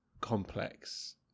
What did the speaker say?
complex